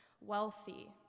wealthy